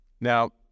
Now